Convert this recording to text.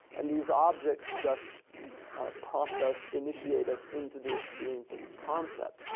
and these objects just prompt us, initiate us into the experience of the concept.